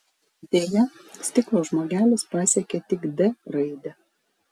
deja stiklo žmogelis pasiekė tik d raidę